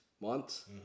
months